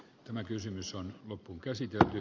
tämä kysymys on loppuunkäsitelty